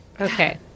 Okay